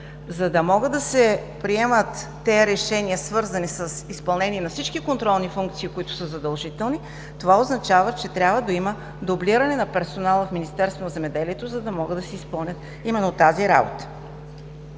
За да могат да се приемат решенията, свързани с изпълнение на всички контролни функции, които са задължителни, това означава, че трябва да има дублиране на персонала в Министерството на земеделието, храните